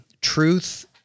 truth